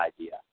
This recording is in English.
idea